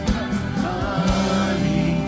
Honey